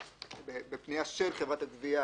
בפנייה של חברת הגבייה